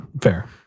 Fair